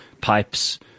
pipes